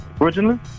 originally